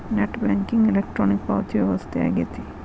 net banking electronic ಪಾವತಿ ವ್ಯವಸ್ಥೆ ಆಗೆತಿ